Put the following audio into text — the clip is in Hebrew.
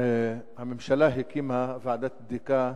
הממשלה הקימה ועדת בדיקה